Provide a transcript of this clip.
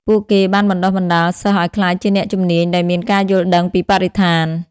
ពួកគេបានបណ្តុះបណ្តាលសិស្សឱ្យក្លាយជាអ្នកជំនាញដែលមានការយល់ដឹងពីបរិស្ថាន។